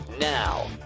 Now